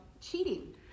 cheating